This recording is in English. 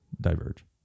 diverge